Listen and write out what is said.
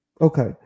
Okay